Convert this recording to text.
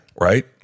right